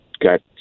Got